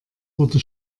wurde